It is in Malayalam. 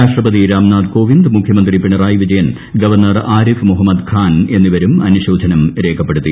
രാഷ്ട്രപതി രാം നാഥ് കോവിന്ദ് മുഖ്യമന്ത്രി പിണറായി വിജയൻ ഗവർണർ ആരിഫ് മുഹമ്മദ് ഖാൻ എന്നിവരും അനുശോചനം രേഖപ്പെടുത്തി